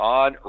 on